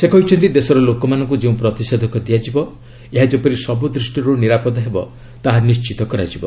ସେ କହିଛନ୍ତି ଦେଶର ଲୋକମାନଙ୍କୁ ଯେଉଁ ପ୍ରତିଷେଧକ ଦିଆଯିବ ଏହା ଯେପରି ସବୁ ଦୃଷ୍ଟିରୁ ନିରାପଦ ହେବ ତାହା ନିଶ୍ଚିତ କରାଯିବ